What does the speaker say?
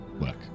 work